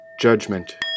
Judgment